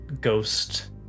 ghost